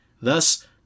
Thus